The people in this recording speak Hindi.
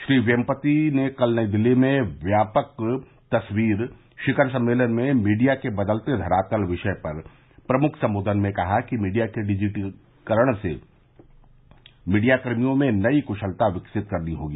श्री येमपति ने कल नई दिल्ली में व्यापक तस्वीर शिखर सम्मेलन में मीडिया के बदलते धरातल विषय पर प्रमुख संबोधन में कहा कि मीडिया के डिजिटीकरण के लिए मीडिया कर्मियों में नई क्शलता विकसित करनी होगी